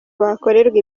bakorerwa